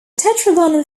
tetragonal